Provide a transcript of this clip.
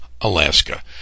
Alaska